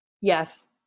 Yes